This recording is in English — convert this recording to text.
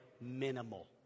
minimal